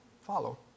Follow